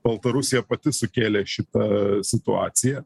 baltarusija pati sukėlė šitą situaciją